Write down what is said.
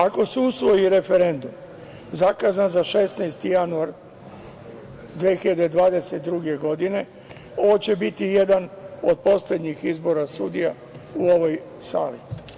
Ako se usvoji referendum zakazan za 16. januar 2022. godine, ovo će biti jedan od poslednjih izbora sudija u ovoj sali.